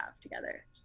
together